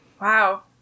Wow